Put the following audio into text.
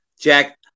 Jack